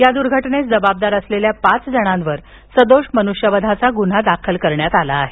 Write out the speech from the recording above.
या दुर्घटनेस जबाबदार असलेल्या पाच जणांवर सदोष मनुष्यवधाचा गुन्हा दाखल कऱण्यात आला आहे